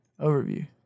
overview